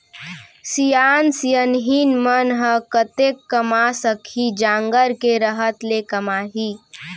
सियान सियनहिन मन ह कतेक कमा सकही, जांगर के रहत ले कमाही